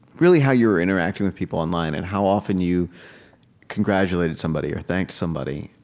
really how you were interacting with people online, and how often you congratulated somebody or thanked somebody,